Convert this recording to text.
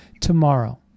tomorrow